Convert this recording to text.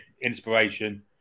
inspiration